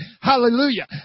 Hallelujah